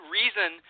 reason